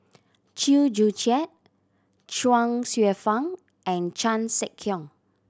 Chew Joo Chiat Chuang Hsueh Fang and Chan Sek Keong